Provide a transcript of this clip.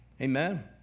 Amen